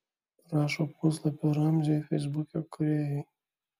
rašo puslapio ramziui feisbuke kūrėjai